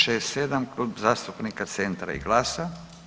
67 Klub zastupnika Centra i GLAS-a.